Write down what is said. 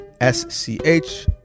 s-c-h